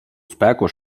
спеку